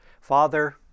Father